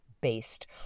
based